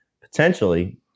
potentially